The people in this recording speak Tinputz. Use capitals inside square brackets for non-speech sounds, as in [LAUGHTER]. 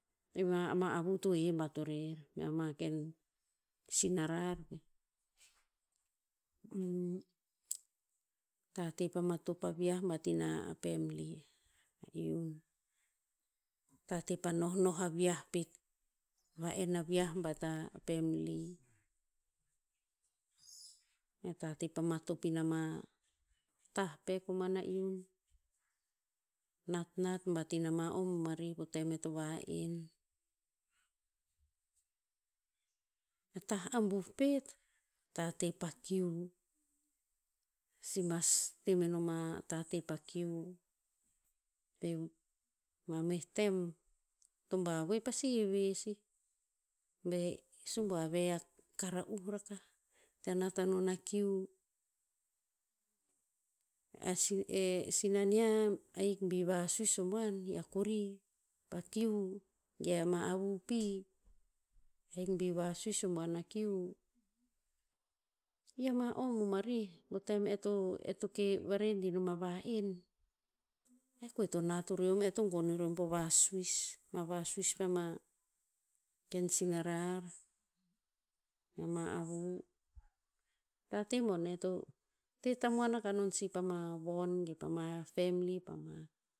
[UNINTELLIGIBLE] ama avu to he bat o erer mea ma ken sina rar ve. [UNINTELLIGIBLE] tate pa matop a viah bat ina family [HESITATION] tate pa nohnoh aviah pet. Va'en na viah bat a family. Mea tate pa matop ina ma, tah pe koman na iun. Natnat bat ina ma o bomarih po tem e to va'en. A tah abuh pet, tate pa kiu. Simas te menom a tate pa kiu. Tem, mameh tem, toba voe pasi heve sih, ba e subuav e a kara'uh rakah, ta nat anon a kiu. E si- e sinaniah ahik bi vasus o buan i hea kori, pa kiu, ge ama avu pi. Ahik bi vasus o buan a kiu, i ama o bomarih po tem e to- e to ke varedi nom a va'en, e koe to nat ureom e to gon ureom po vasuis. Ma vasuis pama, ken sinarar, pama avu. Tate bone to, te tamuan akah non si pama von ge pama family, pama